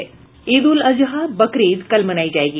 ईद उल अज़हा बकरीद कल मनायी जायेगी